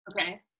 Okay